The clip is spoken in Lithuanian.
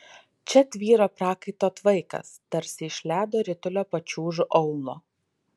čia tvyro prakaito tvaikas tarsi iš ledo ritulio pačiūžų aulo